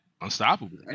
Unstoppable